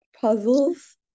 puzzles